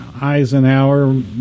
Eisenhower